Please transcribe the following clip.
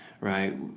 right